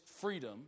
freedom